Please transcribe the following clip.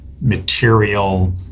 material